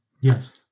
yes